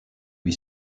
lui